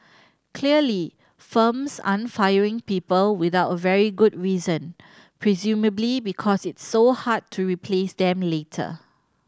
clearly firms aren't firing people without a very good reason presumably because it's so hard to replace them later